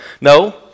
No